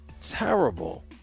terrible